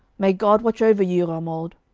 may god watch over you, romuald